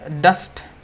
dust